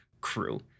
crew